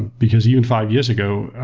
because even five years ago,